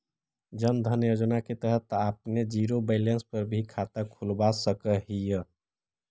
जन धन योजना के तहत आपने जीरो बैलेंस पर भी खाता खुलवा सकऽ हिअ